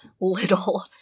little